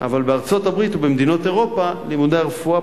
בארצות-הברית ובמדינות אירופה לימודי הרפואה